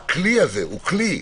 הכלי הזה הוא כלי,